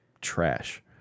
trash